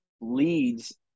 leads